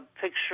picture